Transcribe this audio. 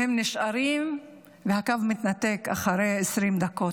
והם נשארים והקו מתנתק אחרי 20 דקות.